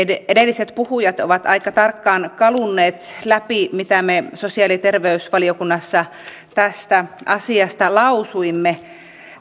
edelliset puhujat ovat aika tarkkaan kalunneet läpi mitä me sosiaali ja terveysvaliokunnassa tästä asiasta lausuimme